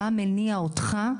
מה מניע אותך,